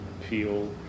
feel